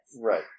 Right